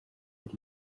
hari